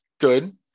Good